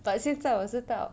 but 现在我知道